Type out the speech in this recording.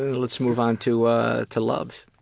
let's move on to ah to loves.